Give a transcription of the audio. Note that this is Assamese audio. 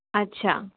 আচ্ছা